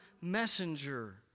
messenger